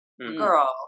Girl